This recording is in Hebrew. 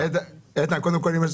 אני קודם כל מתפעל,